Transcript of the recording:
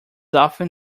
often